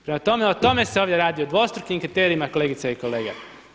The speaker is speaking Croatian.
Prema tome o tome se ovdje radi, o dvostrukim kriterijima kolegice i kolege.